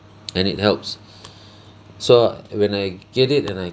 and it helps so when I get it and I